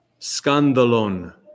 scandalon